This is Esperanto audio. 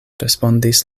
respondis